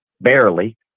barely